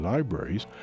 Libraries